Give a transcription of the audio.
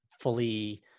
fully